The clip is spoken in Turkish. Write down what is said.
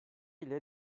ile